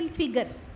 figures